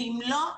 ואם לא,